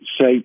say